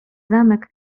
zamek